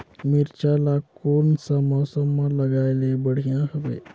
मिरचा ला कोन सा मौसम मां लगाय ले बढ़िया हवे